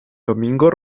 domingo